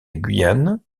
guyane